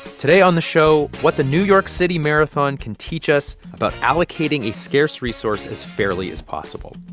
today on the show, what the new york city marathon can teach us about allocating a scarce resource as fairly as possible.